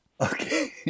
Okay